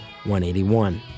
181